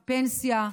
מפנסיה,